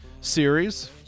series